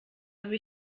habe